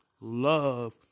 love